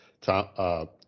Tom